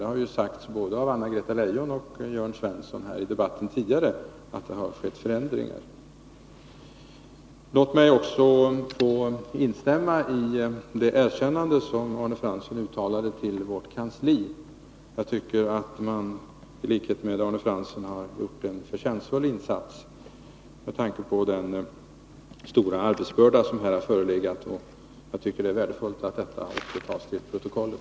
Det har sagts tidigare i debatten både av Anna-Greta Leijon och av Jörn Svensson. Låt mig också få instämma i det erkännande åt vårt kansli som Arne Fransson gav uttryck för. Jag tycker i likhet med Arne Fransson att kansliet har gjort en värdefull insats med tanke på den stora arbetsbörda som här har förelegat, och det är värdefullt att detta tas till protokollet.